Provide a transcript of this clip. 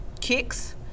kicks